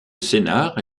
sénart